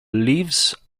leaves